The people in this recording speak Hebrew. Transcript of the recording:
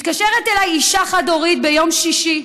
מתקשרת אליי אישה חד-הורית ביום שישי,